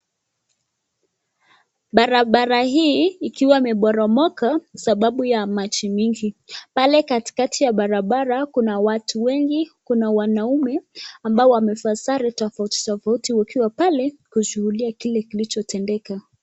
Barabara hii ikiwa imeporomoka sababu ya maji mingi. Pale katikati ya barabara kuna watu wengi, kuna wanaume ambao wamevaa sare tofauti tofauti wakiwa pale kushuhudia kile kilichotendeka.